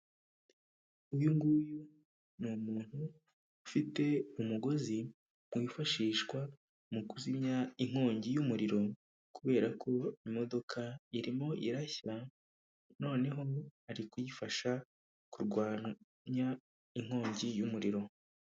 Uyu nguyu ni umuntu ufite umugozi wifashishwa mu kuzimya inkongi y'umuriro kubera ko imodoka irimo irashya noneho arikuyifasha kurwanya inkongi y'umuriro.